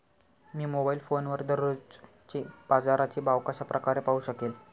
मी mobile फोनवर दररोजचे बाजाराचे भाव कशा प्रकारे पाहू शकेल?